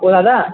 को दादा